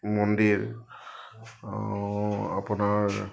মন্দিৰ আপোনাৰ